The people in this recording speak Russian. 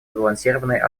сбалансированной